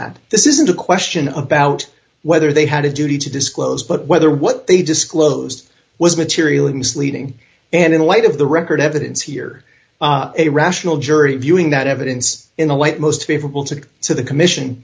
that this isn't a question about whether they had a duty to disclose but whether what they disclosed was materially misleading and in light of the record evidence here a rational jury viewing that evidence in the light most favorable to the to the commission